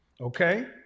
Okay